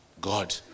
God